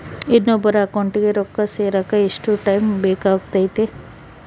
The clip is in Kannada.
ಇನ್ನೊಬ್ಬರ ಅಕೌಂಟಿಗೆ ರೊಕ್ಕ ಸೇರಕ ಎಷ್ಟು ಟೈಮ್ ಬೇಕಾಗುತೈತಿ?